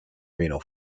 renal